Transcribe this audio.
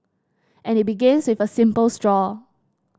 and it begins with a simple straw